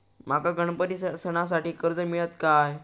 माका गणपती सणासाठी कर्ज मिळत काय?